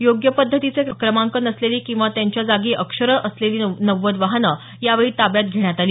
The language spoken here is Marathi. योग्य पद्धतीचे क्रमांक नसलेली किंवा त्यांच्या जागी अक्षरं असलेली नव्वद वाहनं यावेळी ताब्यात घेण्यात आली